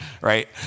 right